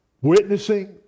Witnessing